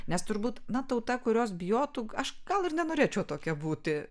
nes turbūt na tauta kurios bijotų aš gal ir nenorėčiau tokia būti